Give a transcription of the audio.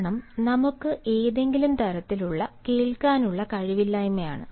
കാരണം നമുക്ക് ഏതെങ്കിലും തരത്തിൽ ഉള്ള കേൾക്കാനുള്ള കഴിവില്ലായ്മയാണ്